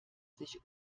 sich